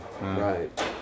right